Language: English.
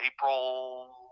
April